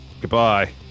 Goodbye